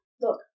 look